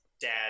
dad